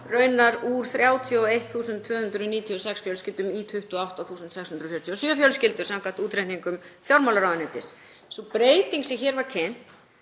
raunar úr 31.296 fjölskyldum í 28.647 fjölskyldur samkvæmt útreikningum fjármálaráðuneytis. Sú breyting sem hér var kynnt